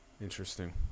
interesting